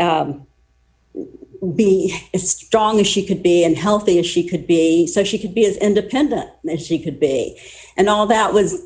to be as strong as she could be and healthy as she could be so she could be as independent as she could be and all that was